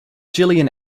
gillian